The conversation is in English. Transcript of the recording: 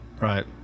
right